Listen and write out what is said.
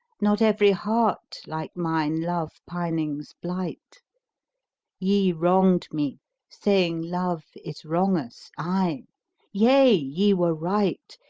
not every heart like mine love-pipings blight ye wronged me saying, love is wrongous aye yea! ye were right,